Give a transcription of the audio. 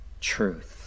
truth